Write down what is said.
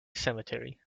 cemetery